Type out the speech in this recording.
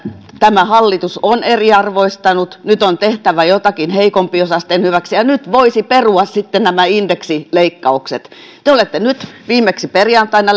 tämä hallitus on eriarvoistanut että nyt on tehtävä jotakin heikompiosaisten hyväksi ja nyt voisi perua sitten nämä indeksileikkaukset te olette nyt viimeksi perjantaina